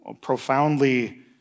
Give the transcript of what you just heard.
profoundly